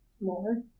more